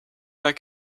pas